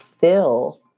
fill